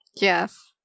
Yes